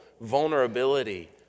vulnerability